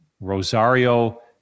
Rosario